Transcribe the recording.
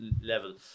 level